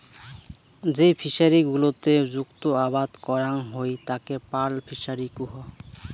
যেই ফিশারি গুলোতে মুক্ত আবাদ করাং হই তাকে পার্ল ফিসারী কুহ